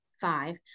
five